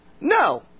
No